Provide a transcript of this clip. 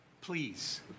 Please